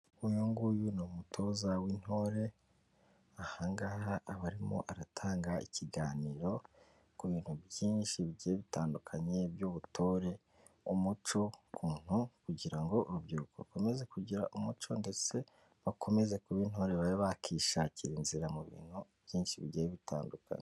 Uyu nguyu ni umutoza w'intore ahangaha aba arimo aratanga ikiganiro ku bintu byinshi bigiye bitandukanye by'ubutore, umuco kuntu kugira ngo urubyiruko rukomeze kugira umuco ndetse bakomeze kuba intore babe bakishakira inzira mu bintu byinshi bigiye bitandukanye.